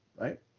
right